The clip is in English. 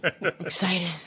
Excited